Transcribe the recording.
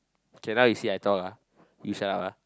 now you see I talk ah you shut up ah